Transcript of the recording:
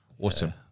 Awesome